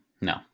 No